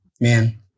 man